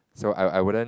so I I wouldn't